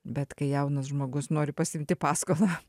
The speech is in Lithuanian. bet kai jaunas žmogus nori pasiimti paskolą